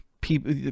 people